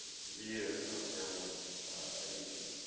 severe heroin addiction,